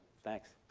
thanks.